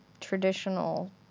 traditional